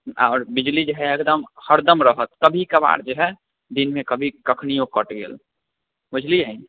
आओर बिजली जे हइ हरदम हरदम रहत कभी कभार जे हइ दिनमे कभी कखनिओ कटि गेल बुझलिए